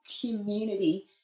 community